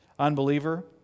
Unbeliever